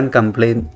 complain